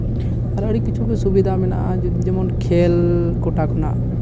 ᱟᱨ ᱟᱹᱰᱤ ᱠᱤᱪᱷᱩ ᱜᱮ ᱥᱩᱵᱤᱫᱟ ᱢᱮᱱᱟᱜᱼᱟ ᱡᱮᱢᱚᱱ ᱠᱷᱮᱞ ᱠᱚᱴᱟ ᱠᱷᱚᱱᱟᱜ